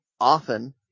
often